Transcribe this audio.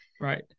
Right